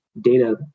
data